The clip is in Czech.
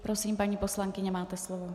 Prosím, paní poslankyně, máte slovo.